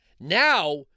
Now